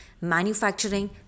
manufacturing